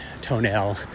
toenail